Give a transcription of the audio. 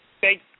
Thank